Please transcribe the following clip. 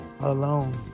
alone